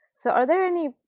so are there any,